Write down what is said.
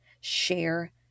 Share